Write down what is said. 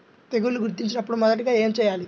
తెగుళ్లు గుర్తించినపుడు మొదటిగా ఏమి చేయాలి?